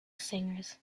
singers